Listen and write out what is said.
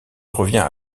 revient